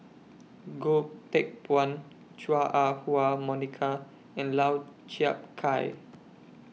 Goh Teck Phuan Chua Ah Huwa Monica and Lau Chiap Khai